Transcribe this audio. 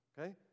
Okay